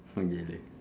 okay leh